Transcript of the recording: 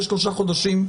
יש שלושה חודשים.